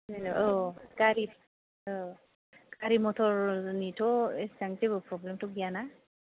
औ गारि औ गारि मथरनिथ' एसेबां जेबो फ्रब्लेम थ' गैयाना